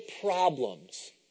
problems